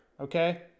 okay